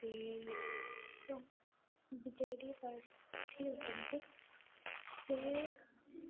ସେ B J D ପାର୍ଥୀ ଅଟନ୍ତି ସେ